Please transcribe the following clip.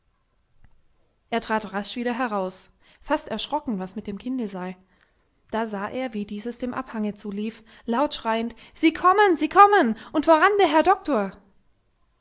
er trat rasch wieder heraus fast erschrocken was mit dem kinde sei da sah er wie dieses dem abhange zulief laut schreiend sie kommen sie kommen und voran der herr doktor